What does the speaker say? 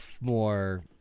more